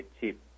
cheap